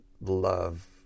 love